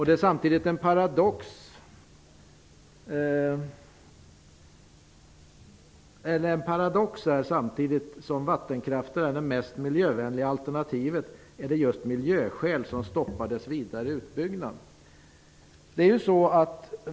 Det är en paradox att samtidigt som vattenkraften är det mest miljövänliga alternativet är det just miljöskäl som stoppar dess vidare utbyggnad.